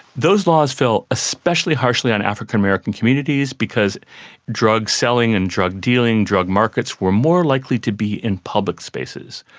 those laws fell especially harshly on african american communities, because drug selling and drug dealing, drug markets were more likely to be in public spaces.